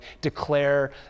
declare